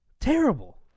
terrible